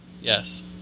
Yes